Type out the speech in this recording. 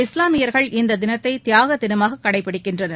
இஸ்லாமியர்கள் இந்த தினத்தை தியாக தினமாக கடைபிடிக்கின்றனர்